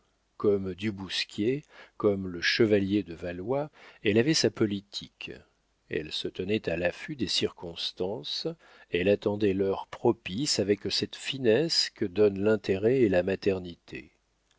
comme du bousquier comme le chevalier de valois elle avait sa politique elle se tenait à l'affût des circonstances elle attendait l'heure propice avec cette finesse que donnent l'intérêt et la maternité